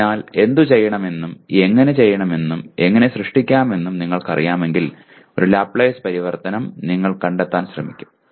അതിനാൽ എന്തുചെയ്യണമെന്നും എങ്ങനെ സൃഷ്ടിക്കാമെന്നും നിങ്ങൾക്കറിയാമെങ്കിൽ ഒരു ലാപ്ലേസ് പരിവർത്തനം നിങ്ങൾ കണ്ടെത്താൻ ശ്രമിക്കും